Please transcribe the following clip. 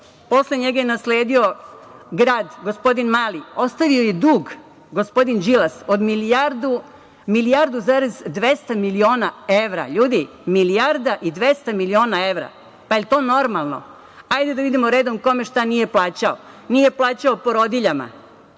Posle njega je nasledio grad gospodin Mali. Ostavi je dug, gospodin Đilas, od milijardu i 200 miliona evra. Ljudi, milijarda i 200 miliona evra, pada li je to normalno? Hajde da vidimo redom kome šta nije plaćao. Nije plaćao porodiljama,